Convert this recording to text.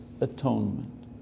atonement